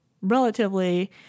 relatively